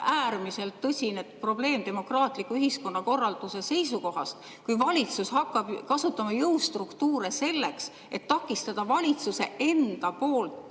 äärmiselt tõsine probleem demokraatliku ühiskonnakorralduse seisukohast. Kui valitsus hakkab kasutama jõustruktuure selleks, et takistada enda